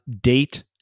date